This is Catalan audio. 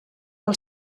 pel